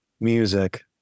music